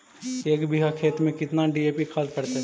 एक बिघा खेत में केतना डी.ए.पी खाद पड़तै?